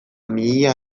mihia